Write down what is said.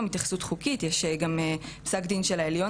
ולהרחיב את זה גם למצב שלכשיגיע,